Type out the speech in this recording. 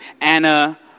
Anna